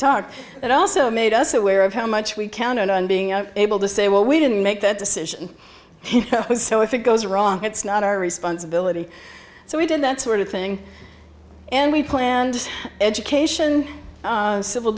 talk but also made us aware of how much we counted on being able to say well we didn't make that decision so if it goes wrong it's not our responsibility so we did that sort of thing and we planned education civil